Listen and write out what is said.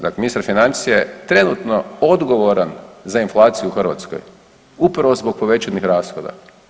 Dakle, ministar financija je trenutno odgovoran za inflaciju u Hrvatskoj upravo zbog povećanih rashoda.